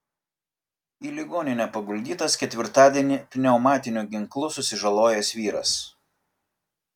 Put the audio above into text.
į ligoninę paguldytas ketvirtadienį pneumatiniu ginklu susižalojęs vyras